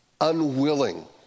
unwilling